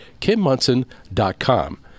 kimmunson.com